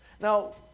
Now